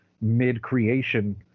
mid-creation